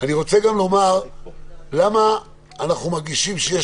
אני רוצה גם לומר למה אנחנו מרגישים שיש